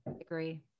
agree